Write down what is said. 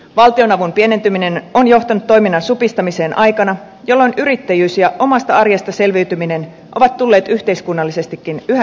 valtionavun pienentyminen on johtanut toiminnan supistamiseen aikana jolloin yrittäjyys ja omasta arjesta selviytyminen ovat tulleet yhteiskunnallisestikin yhä merkittävämmiksi